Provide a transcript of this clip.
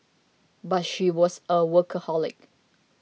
but she was a workaholic